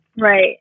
Right